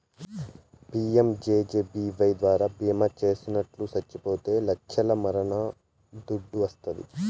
PMJJBY ద్వారా బీమా చేసిటోట్లు సచ్చిపోతే లచ్చల మరణ దుడ్డు వస్తాది